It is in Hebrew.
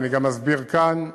ואני גם אסביר כאן.